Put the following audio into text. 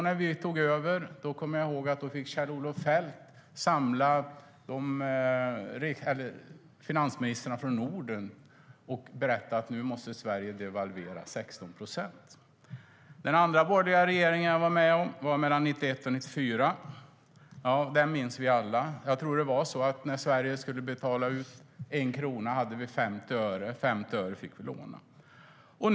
När vi tog över kommer jag ihåg att Kjell-Olof Feldt fick samla finansministrarna från Norden och berätta att Sverige måste devalvera med 16 procent. Den andra borgerliga regering som jag var med om var mellan 1991 och 1994. Den minns vi alla. Jag tror att det var så att när Sverige skulle betala ut 1 krona hade vi 50 öre och fick låna 50 öre.